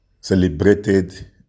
celebrated